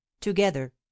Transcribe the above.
together